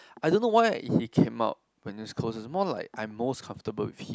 I don't know why he came up when more like I'm most comfortable with him